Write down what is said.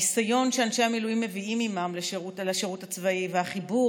הניסיון שאנשי המילואים מביאים עימם לשירות הצבאי והחיבור